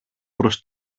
προς